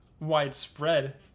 widespread